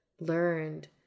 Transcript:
learned